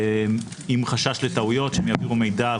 עם חשש לטעויות שהם יעבירו מידע על